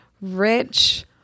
rich